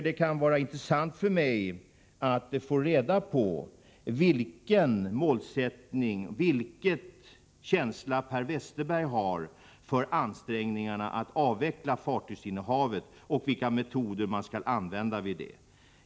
Det kan vara intressant för mig att få reda på vilken målsättning, vilken känsla Per Westerberg har för ansträngningar att avveckla fartygsinnehavet och vilka metoder man skall använda därvid.